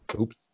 Oops